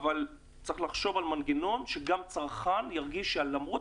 אבל יש לחשוב על מנגנון שגם הצרכן ירגיש שלמרות